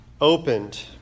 Opened